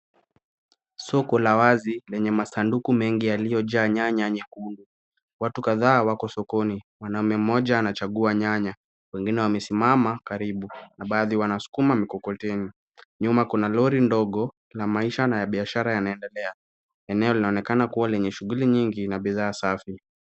Soko la wazi lenye masanduku mengi yaliyojaa nyanya nyekundu, watu kadha wako sokoni, mwanamume mmoja anachagua nyanya, wengine wamesimama karibu na baadhi wanasukuma mkokoteni, nyuma kuna lori ndogo la maisha na ya biashara yanaendelea, eneo linaonekana lenye shughuli nyingi na bidhaa safi.